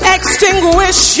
Extinguish